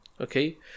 okay